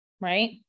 right